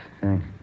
Thanks